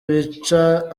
bica